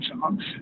songs